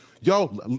Yo